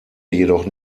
jedoch